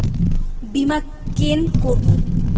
বিমা কেন করব?